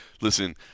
listen